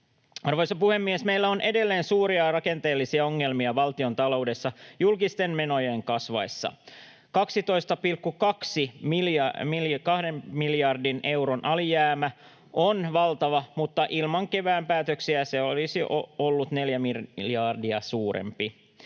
Arvoisa puhemies! Meillä on edelleen suuria rakenteellisia ongelmia valtiontaloudessa julkisten menojen kasvaessa. 12,2 miljardin euron alijäämä on valtava, mutta ilman kevään päätöksiä se olisi ollut neljä miljardia suurempi.